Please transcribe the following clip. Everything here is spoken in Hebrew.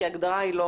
כי ההגדרה היא לא